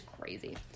crazy